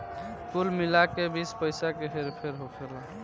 कुल मिला के बीस पइसा के हेर फेर होखेला